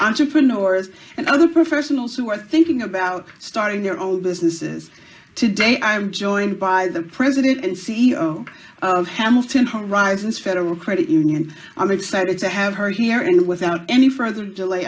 entrepreneurs and other professionals who are thinking about starting their own businesses today i'm joined by the president and c e o of risings federal credit union i'm excited to have her here and without any further delay